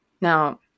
Now